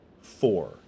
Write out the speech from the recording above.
Four